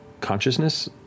consciousness